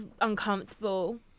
uncomfortable